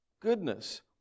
goodness